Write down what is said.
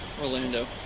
Orlando